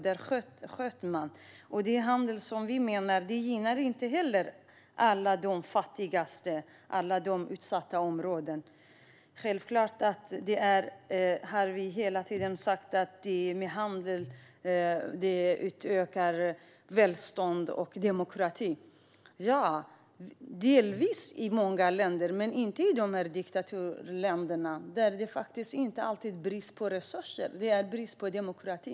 Dem sköt man på. Vi menar att handel inte gynnar de allra fattigaste och utsatta områdena. Man säger hela tiden att handel ger ökat välstånd och demokrati. Ja, delvis i många länder, men inte i dessa diktaturländer där det inte alltid är brist på resurser utan brist på demokrati.